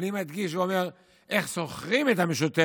ואני מדגיש ואומר, איך שוכרים את המשותפת,